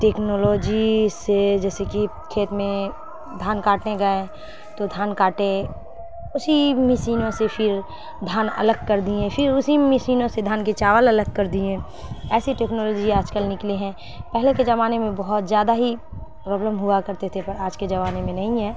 technology سے جیسے کہ کھیت میں دھان کاٹنے گئے تو دھان کاٹے اسی مشینوں سے پھر دھان الگ کر دئیں پھر اسی مشینوں سے دھان کی چاول الگ کر دیے ایسی ٹیکنالوجی آج کل نکلی ہیں پہلے کے زمانے میں بہت جیادہ ہی پرابلم ہوا کرتے تھے پر آج کے زمانے میں نہیں ہیں